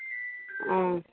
ஆ